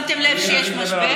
שמתם לב שיש משבר?